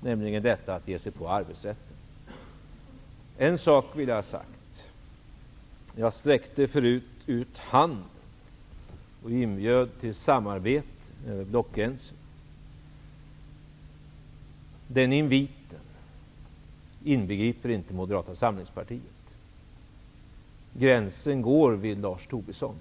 nämligen att ge sig på arbetsrätten. Det är en sak som jag vill ha sagt. Jag sträckte tidigare ut handen och inbjöd till samarbete över blockgränserna. Denna invit inbegriper inte Moderata samlingspartiet. Gränsen går vid Lars Tobisson.